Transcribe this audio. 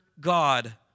God